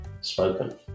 spoken